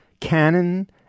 cannon